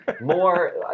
More